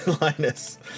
Linus